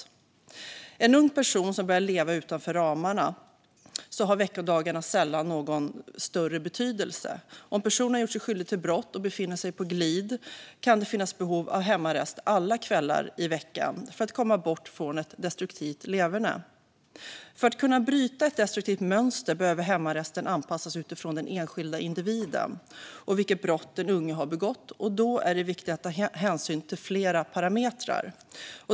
För en ung person som har börjat leva utanför ramarna har veckodagarna sällan någon större betydelse. Om personen har gjort sig skyldig till brott och befinner sig på glid kan det finnas behov av hemarrest alla kvällar i veckan för att komma bort från ett destruktivt leverne. För att kunna bryta ett destruktivt mönster behöver hemarresten anpassas utifrån den enskilda individen och vilket brott den unge har begått. Då är det viktigt att ta hänsyn till flera parametrar.